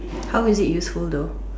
how is it useful though